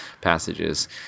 passages